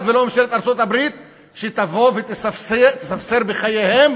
ולא את ממשלת ארצות-הברית שתבוא ותספסר בחייהם